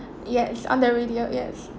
yes on the radio yes